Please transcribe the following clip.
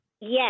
Yes